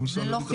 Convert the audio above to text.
זה לא חריג.